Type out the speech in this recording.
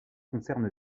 concerne